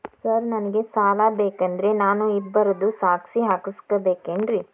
Sir ನನಗೆ ಸಾಲ ಬೇಕಂದ್ರೆ ನಾನು ಇಬ್ಬರದು ಸಾಕ್ಷಿ ಹಾಕಸಬೇಕೇನ್ರಿ?